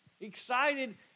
excited